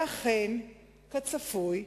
ואכן, כצפוי,